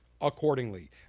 accordingly